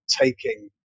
taking